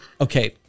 okay